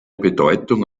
bedeutung